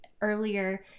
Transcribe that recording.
earlier